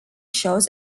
shows